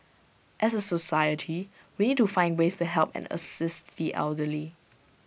as A society we need to find ways to help and assist the elderly